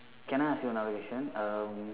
um can I ask you another question um